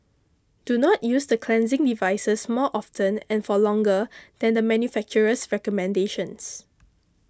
do not use the cleansing devices more often and for longer than the manufacturer's recommendations